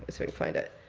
so can find it.